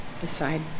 decide